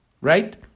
right